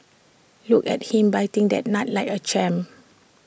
look at him biting that nut like A champ